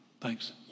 Thanks